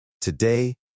Today